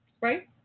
right